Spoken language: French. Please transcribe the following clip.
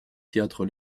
théâtre